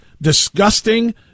disgusting